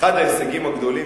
אחד ההישגים הגדולים,